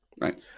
Right